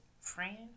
friend